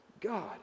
God